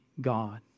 God